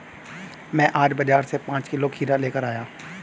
मैं आज बाजार से पांच किलो खीरा लेकर आया